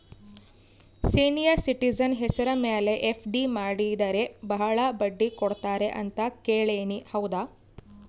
Senior citizen ಹೆಸರ ಮೇಲೆ FD ಮಾಡಿದರೆ ಬಹಳ ಬಡ್ಡಿ ಕೊಡ್ತಾರೆ ಅಂತಾ ಕೇಳಿನಿ ಹೌದಾ?